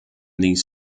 these